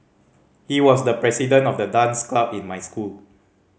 he was the president of the dance club in my school